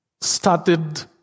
started